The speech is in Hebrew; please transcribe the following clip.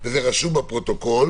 -- וזה רשום בפרוטוקול,